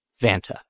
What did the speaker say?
Vanta